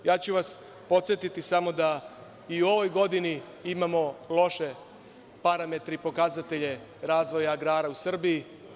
Podsetiću vas samo da i u ovoj godini imamo loše parametre i pokazatelje razvoja agrara u Srbiji.